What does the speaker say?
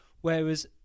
whereas